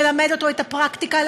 ללמד אותו את הפרקטיקה,